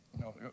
No